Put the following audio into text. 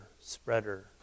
spreader